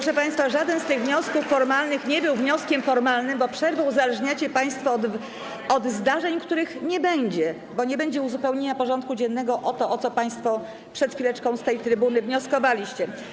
Proszę państwa, żaden z tych wniosków nie był wnioskiem formalnym, bo przerwę uzależniacie państwo od zdarzeń, których nie będzie - bo nie będzie uzupełnienia porządku dziennego o to, o co państwo przed chwileczką z tej trybuny wnioskowaliście.